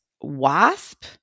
wasp